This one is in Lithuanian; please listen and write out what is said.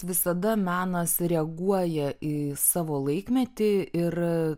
visada menas reaguoja į savo laikmetį ir